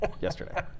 yesterday